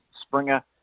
Springer